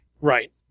Right